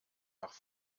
nach